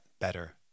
better